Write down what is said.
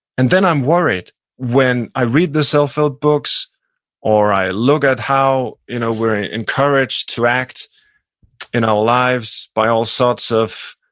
and then i'm worried when i read the self-help books or i look at how we're encouraged to act in our lives by all sorts of